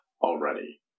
already